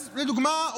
אז לדוגמה,